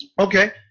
Okay